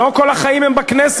לא כל החיים הם בכנסת.